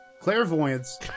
Clairvoyance